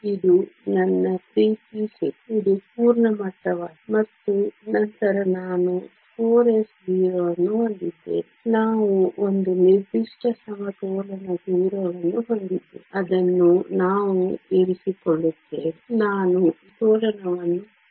ಇದು ನನ್ನ 3p6 ಇದು ಪೂರ್ಣ ಮಟ್ಟವಾಗಿದೆ ಮತ್ತು ನಂತರ ನಾನು 4s0 ಅನ್ನು ಹೊಂದಿದ್ದೇನೆ ನಾವು ಒಂದು ನಿರ್ದಿಷ್ಟ ಸಮತೋಲನ ದೂರವನ್ನು ಹೊಂದಿದ್ದೇವೆ ಅದನ್ನು ನಾವು ಇರಿಸಿಕೊಳ್ಳುತ್ತೇವೆ ನಾನು ಈ ಸಮತೋಲನವನ್ನು ಕರೆಯುತ್ತೇನೆ